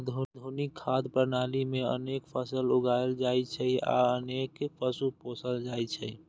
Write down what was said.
आधुनिक खाद्य प्रणाली मे अनेक फसल उगायल जाइ छै आ अनेक पशु पोसल जाइ छै